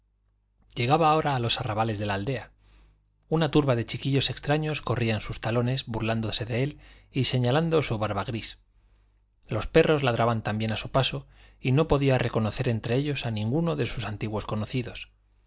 llegaba ahora a los arrabales de la aldea una turba de chiquillos extraños corría a sus talones burlándose de él y señalando su barba gris los perros ladraban también a su paso y no podía reconocer entre ellos a ninguno de sus antiguos conocidos